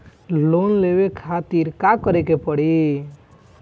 Loan लेवे खातिर का करे के पड़ी?